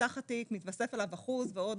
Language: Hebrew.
כשנפתח התיק מתווסף עליו 1% ועוד